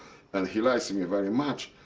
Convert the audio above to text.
and he likes and me very much.